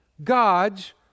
God's